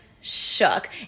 shook